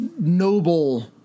noble